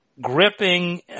gripping